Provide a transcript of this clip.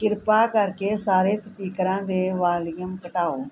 ਕਿਰਪਾ ਕਰਕੇ ਸਾਰੇ ਸਪੀਕਰਾਂ ਦੇ ਵਾਲੀਅਮ ਘਟਾਓ